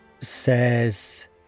says